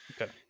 Okay